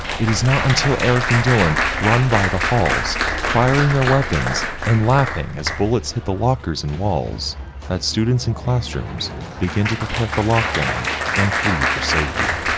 it is not until eric and dylan run by the halls firing their weapons and laughing as bullets hit the lockers and walls that students and classrooms begin to prepare for lockdown and flee for safety.